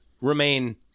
remain